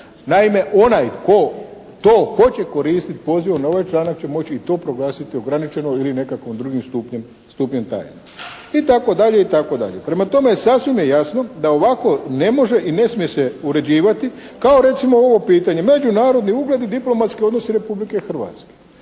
Naime, onaj tko to hoće koristiti pozivom na ovaj članak će moći i to proglasiti ograničeno ili nekakvim drugim stupnjem tajnosti, itd., itd. Prema tome, sasvim je jasno da ovako ne može i ne smije se uređivati kao recimo ovo pitanje, međunarodni ugledi, diplomatski odnosi Republike Hrvatske.